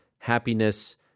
happiness